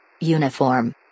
Uniform